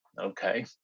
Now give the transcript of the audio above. okay